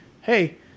hey